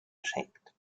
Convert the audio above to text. geschenkt